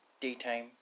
daytime